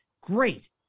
Great